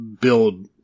build